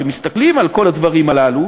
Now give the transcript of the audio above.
כשמסתכלים על כל הדברים הללו,